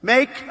Make